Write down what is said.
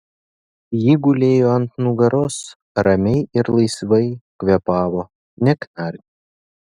ji gulėjo ant nugaros ramiai ir laisvai kvėpavo neknarkė